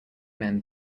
men